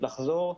לחזור,